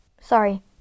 sorry